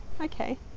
Okay